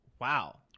Wow